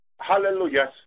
Hallelujah